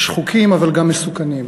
שחוקים אבל גם מסוכנים,